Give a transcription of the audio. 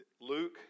Luke